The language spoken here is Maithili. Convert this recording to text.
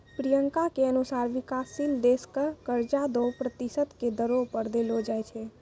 प्रियंका के अनुसार विकाशशील देश क कर्जा दो प्रतिशत के दरो पर देलो जाय छै